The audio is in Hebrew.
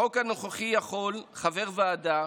בחוק הנוכחי יכול חבר ועדה